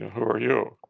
who are you?